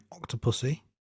Octopussy